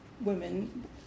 women